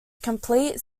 incomplete